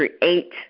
create